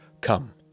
Come